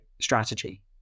strategy